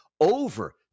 over –